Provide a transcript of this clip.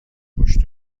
پشت